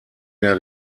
der